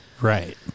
right